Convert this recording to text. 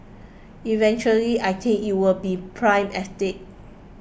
eventually I think it will be prime estate